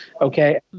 Okay